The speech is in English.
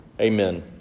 Amen